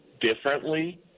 differently